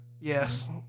Yes